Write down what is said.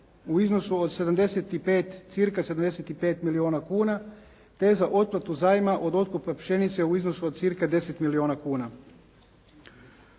u iznosu od 75, cca. 75 milijuna kuna te za otplatu zajma od otkupa pšenice od cca. 10 milijuna kuna.